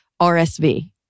RSV